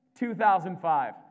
2005